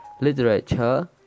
literature